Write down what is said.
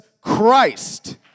Christ